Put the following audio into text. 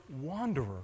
wanderer